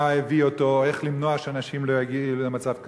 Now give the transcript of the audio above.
מה הביא אותו ואיך למנוע שאנשים לא יגיעו למצב כזה.